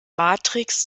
matrix